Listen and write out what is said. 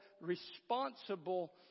responsible